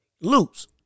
lose